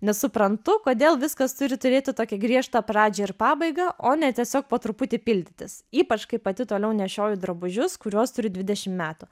nesuprantu kodėl viskas turi turėti tokią griežtą pradžią ir pabaigą o ne tiesiog po truputį pildytis ypač kai pati toliau nešioju drabužius kuriuos turiu dvidešimt metų